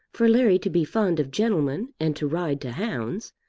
for larry to be fond of gentlemen and to ride to hounds,